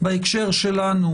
בהקשר שלנו